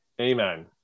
Amen